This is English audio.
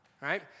right